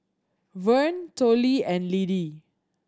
Verne Tollie and Lidie